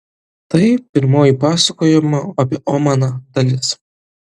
tai pirmoji pasakojimo apie omaną dalis